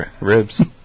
ribs